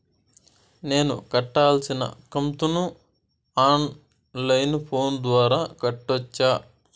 నేను కట్టాల్సిన కంతును ఆన్ లైను ఫోను ద్వారా కట్టొచ్చా?